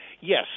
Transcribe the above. Yes